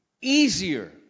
easier